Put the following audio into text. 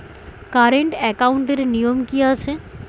Current একাউন্টের নিয়ম কী আছে?